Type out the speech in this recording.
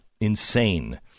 Insane